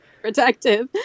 protective